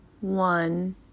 one